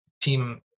team